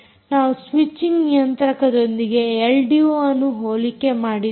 ನಾವು ಸ್ವಿಚಿಂಗ್ ನಿಯಂತ್ರಕದೊಂದಿಗೆ ಎಲ್ಡಿಓಅನ್ನು ಹೋಲಿಕೆ ಮಾಡಿದ್ದೇವೆ